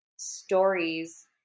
stories